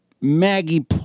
Maggie